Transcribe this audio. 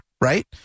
right